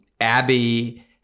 Abby